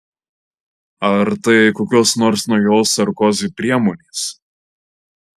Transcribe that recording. ar tai kokios nors naujos sarkozi priemonės